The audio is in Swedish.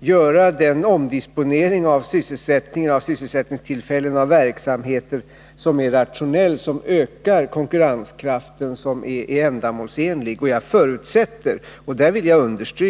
göra den omdisponering av sysselsättningstillfällen och verksamheter som är rationell, som ökar konkurrenskraften och som är ändamålsenlig.